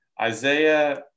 Isaiah